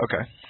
okay